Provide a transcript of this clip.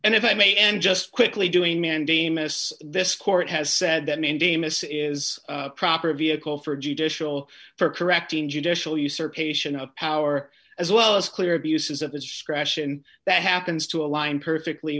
and if i may end just quickly doing mandamus this court has said that mandamus is a proper vehicle for a judicial for correcting judicial usurpation of power as well as clear abuses of this crash and that happens to align perfectly